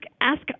ask